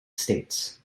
states